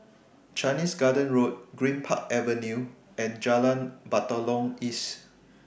Chinese Garden Road Greenpark Avenue and Jalan Batalong East